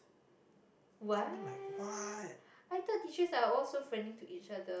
I mean like what